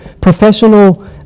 professional